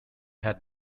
had